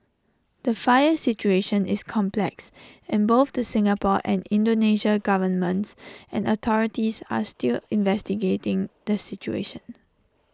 the fire situation is complex and both the Singapore and Indonesia governments and authorities are still investigating the situation